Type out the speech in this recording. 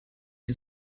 die